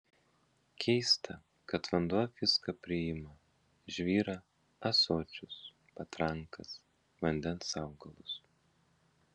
keista kad vanduo viską priima žvyrą ąsočius patrankas vandens augalus